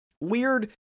weird